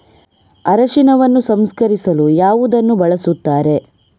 ಅರಿಶಿನವನ್ನು ಸಂಸ್ಕರಿಸಲು ಯಾವುದನ್ನು ಬಳಸುತ್ತಾರೆ?